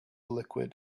liquid